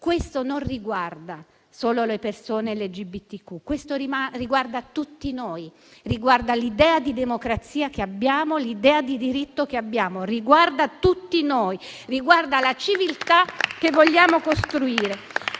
Ciò non riguarda solo le persone LGBTQ, ma riguarda tutti noi, riguarda l'idea di democrazia che abbiamo, l'idea di diritto che abbiamo. Riguarda la civiltà che vogliamo costruire.